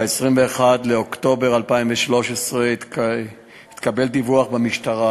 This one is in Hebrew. ב-21 באוקטובר 2013 התקבל דיווח במשטרה